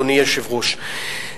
אדוני היושב-ראש,